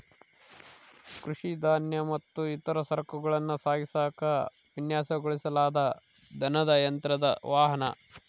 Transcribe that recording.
ಕೃಷಿ ಧಾನ್ಯ ಮತ್ತು ಇತರ ಸರಕುಗಳನ್ನ ಸಾಗಿಸಾಕ ವಿನ್ಯಾಸಗೊಳಿಸಲಾದ ದನದ ಯಂತ್ರದ ವಾಹನ